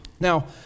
Now